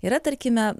yra tarkime